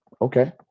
Okay